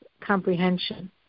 comprehension